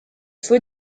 faut